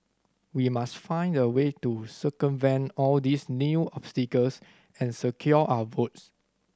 we must find a way to circumvent all these new obstacles and secure our votes